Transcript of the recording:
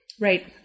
Right